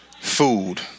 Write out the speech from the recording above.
food